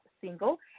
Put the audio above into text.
single